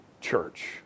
church